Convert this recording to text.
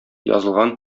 язылган